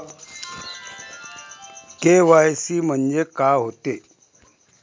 KYC म्हंनजे का होते?